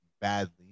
badly